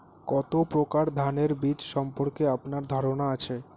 কত প্রকার ধানের বীজ সম্পর্কে আপনার ধারণা আছে?